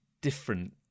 different